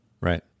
right